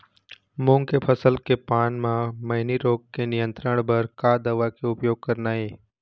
मूंग के फसल के पान म मैनी रोग के नियंत्रण बर का दवा के उपयोग करना ये?